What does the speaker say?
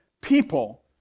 people